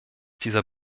dieser